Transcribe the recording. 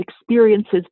experiences